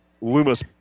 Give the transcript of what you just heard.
Loomis